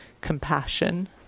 compassion